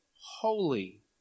holy